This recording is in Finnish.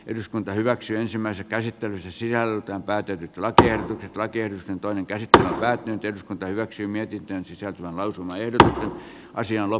eduskunta hyväksyi ensimmäisen käsittelyn sen sijaan on päätynyt latujen lakien toinen käsittelevät työt hyväksyi mietintönsä ensimmäisessä käsittelyssä